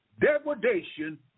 degradation